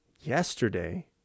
yesterday